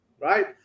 Right